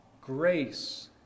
grace